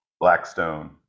Blackstone